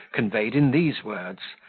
conveyed in these words,